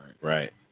Right